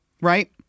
Right